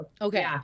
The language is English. Okay